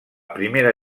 primera